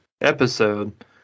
episode